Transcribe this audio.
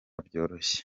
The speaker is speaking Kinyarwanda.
byoroshye